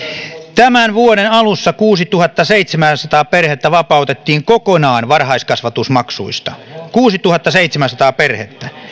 tämän vuoden alussa kuusituhattaseitsemänsataa perhettä vapautettiin kokonaan varhaiskasvatusmaksuista kuusituhattaseitsemänsataa perhettä